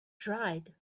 dried